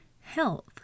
health